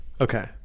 Okay